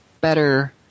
better